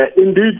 indeed